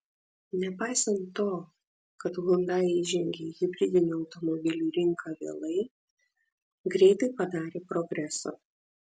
nepaisant to kad hyundai įžengė į hibridinių automobilių rinką vėlai greitai padarė progresą